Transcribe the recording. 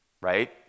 right